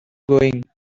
going